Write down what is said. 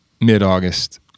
mid-August